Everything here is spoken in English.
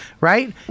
Right